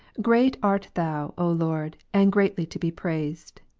great art thou, olord, and greatly to be praised